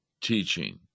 teaching